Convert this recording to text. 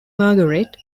marguerite